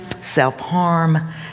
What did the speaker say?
self-harm